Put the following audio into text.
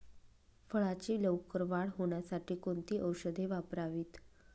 फळाची लवकर वाढ होण्यासाठी कोणती औषधे वापरावीत?